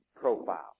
profile